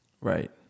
Right